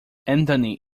anthony